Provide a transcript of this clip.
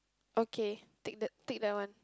okay take that take that one